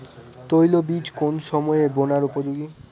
তৈলবীজ কোন সময়ে বোনার উপযোগী?